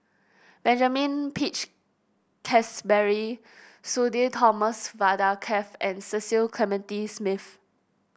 Benjamin Peach Keasberry Sudhir Thomas Vadaketh and Cecil Clementi Smith